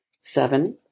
Seven